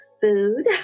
food